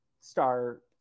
star